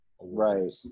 right